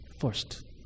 first